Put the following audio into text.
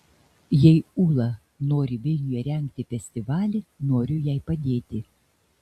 jei ūla nori vilniuje rengti festivalį noriu jai padėti